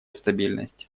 стабильность